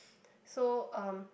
so um